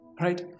right